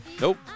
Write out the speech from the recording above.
Nope